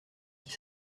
qui